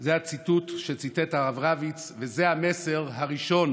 זה הציטוט שציטט הרב רביץ וזה המסר הראשון